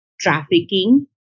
trafficking